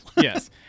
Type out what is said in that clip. Yes